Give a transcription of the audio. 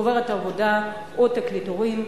חוברת עבודה או תקליטורים.